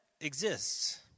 exists